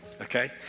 okay